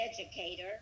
educator